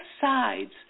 sides